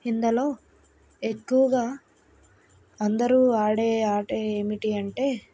ఇందులో ఎక్కువగా అందరూ ఆడే ఆట ఏమిటి అంటే